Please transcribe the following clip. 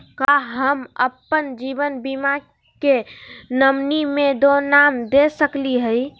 का हम अप्पन जीवन बीमा के नॉमिनी में दो नाम दे सकली हई?